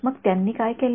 मग त्यांनी काय केले